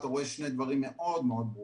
אתה רואה שני דברים מאוד מאוד ברורים: